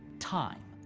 time.